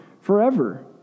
forever